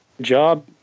job